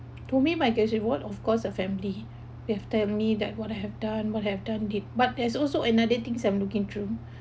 to me my greatest reward of course the family you have tell me that what I have done what I have done it but there's also another things I'm looking through